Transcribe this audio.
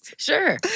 Sure